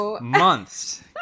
months